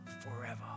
forever